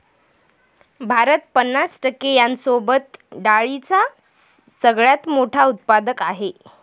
भारत पन्नास टक्के यांसोबत डाळींचा सगळ्यात मोठा उत्पादक आहे